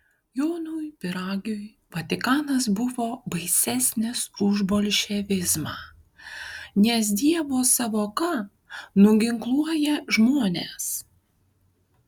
jonui pyragiui vatikanas buvo baisesnis už bolševizmą nes dievo sąvoka nuginkluoja žmones